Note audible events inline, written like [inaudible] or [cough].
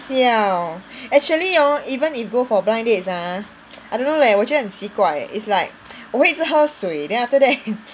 siao actually hor even if go for blind dates ah [noise] I don't know leh 我觉得很奇怪 eh it's like 我会一直喝水 then after that